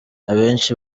abenshi